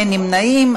אין נמנעים,